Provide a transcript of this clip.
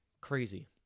Crazy